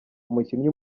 umukinnyi